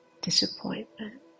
disappointment